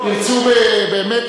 באמת,